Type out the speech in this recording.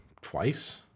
twice